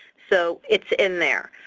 so it's in there.